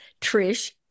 Trish